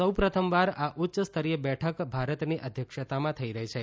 સૌ પ્રથમવાર આ ઉચ્ય સ્તરીય બેઠક ભારતની અધ્યક્ષતામાં થઇ રહી છે